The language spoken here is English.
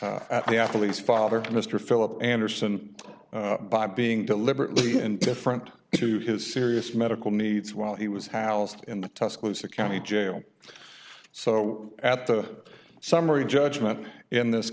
e at the athlete's father mr philip anderson by being deliberately indifferent to his serious medical needs while he was housed in the tuscaloosa county jail so at the summary judgment in this